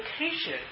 location